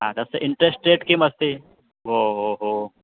हा तस्य interest rate किम् अस्ति ओ हो हो